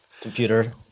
Computer